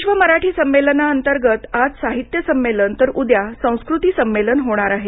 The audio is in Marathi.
विश्व मराठी संमेलनाअंतर्गत आज साहित्य संमेलन तर उद्या संस्कृती संमेलन होणार आहे